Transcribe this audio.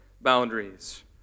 boundaries